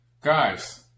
Guys